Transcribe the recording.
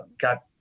got